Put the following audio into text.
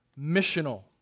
missional